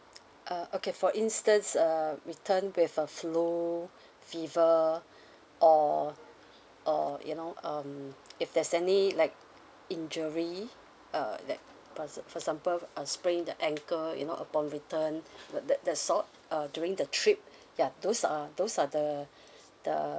uh okay for instance uh return with a flu fever or or you know um if there's any like injury uh that possi~ for example uh sprained the ankle you know upon return the that that sort uh during the trip ya those are those are the the